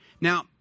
Now